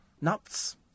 Nuts